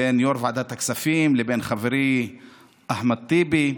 בין יו"ר ועדת הכספים לבין חברי אחמד טיבי.